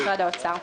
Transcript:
משרד האוצר.